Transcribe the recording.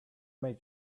made